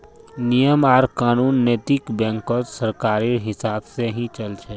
नियम आर कानून नैतिक बैंकत सरकारेर हिसाब से ही चल छ